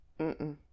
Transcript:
mm-mm